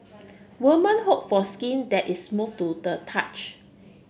woman hope for skin that is move to the touch